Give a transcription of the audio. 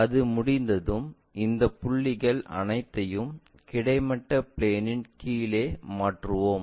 அது முடிந்ததும் இந்த புள்ளிகள் அனைத்தையும் கிடைமட்ட பிளேன்இன் கீழே மாற்றுவோம்